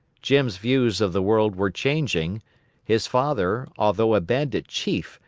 jim's views of the world were changing his father, although a bandit chief,